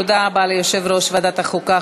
תודה רבה ליושב-ראש ועדת החוקה,